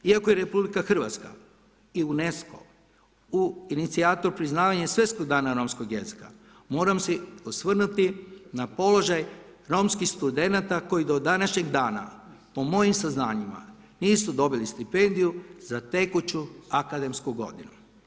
Iako je RH i UNESCO u ... priznavanja svjetskog dana romskog jezika, moram se osvrnuti na položaj romskih studenata koji do današnjeg dana, po mojim saznanjima, nisu dobili stipendiju za tekuću akademsku godinu.